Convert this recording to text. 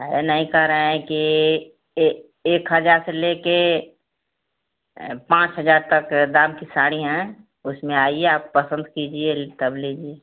अरे नहीं कह रहे हैं कि ये एक हजार से लेके पाँच हजार तक दाम की साड़ियाँ है उसमें आइए आप पसंद कीजिए तब लीजिए